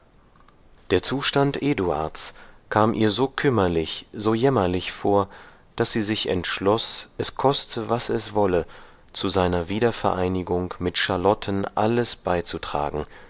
der zustand eduards kam ihr so kümmerlich so jämmerlich vor daß sie sich entschloß es koste was es wolle zu seiner wiedervereinigung mit charlotten alles beizutragen